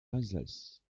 alsace